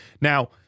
Now